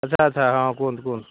ଆଚ୍ଛା ଆଚ୍ଛା ହଁ କୁହନ୍ତୁ କୁହନ୍ତୁ